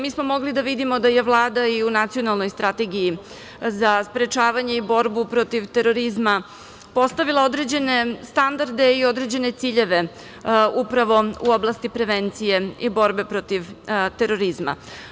Mi smo mogli da vidimo da je Vlada i u Nacionalnoj strategiji za sprečavanje i borbu protiv terorizma postavila određene standarde i određene ciljeve upravo u oblasti prevencije i borbe protiv terorizma.